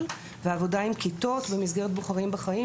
והעבודה עם כיתות ובתי ספר במסגרת בוחרים בחיים,